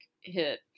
hit